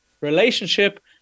relationship